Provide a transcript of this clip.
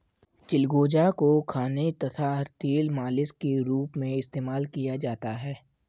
चिलगोजा को खाने तथा तेल मालिश के रूप में इस्तेमाल किया जाता है